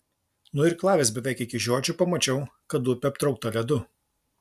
nuirklavęs beveik iki žiočių pamačiau kad upė aptraukta ledu